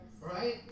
Right